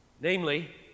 Namely